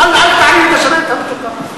אל תעליב את השמנת המתוקה.